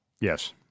Yes